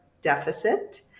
deficit